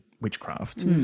witchcraft